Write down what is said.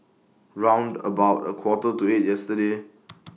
round about A Quarter to eight yesterday